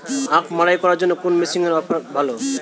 আখ মাড়াই করার জন্য কোন মেশিনের অফার ভালো?